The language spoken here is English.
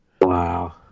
Wow